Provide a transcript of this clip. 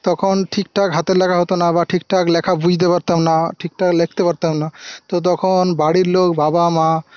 তখন ঠিকঠাক হাতের লেখা হতনা বা ঠিকঠাক লেখা বুঝতে পারতামনা ঠিকঠাক লিখতে পারতামনা তো তখন বাড়ির লোক বাবা মা